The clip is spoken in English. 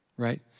right